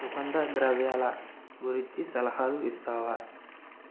సుగంధ ద్రవ్యాల గురించి సలహాలు ఇస్తావా